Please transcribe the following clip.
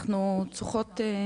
אנחנו לא שומעות.